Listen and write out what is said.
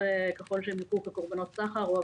ככל שהם יוכרו כקורבנות סחר או עבדות,